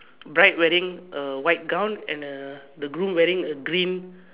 bride wearing a white gown and a groom wearing a green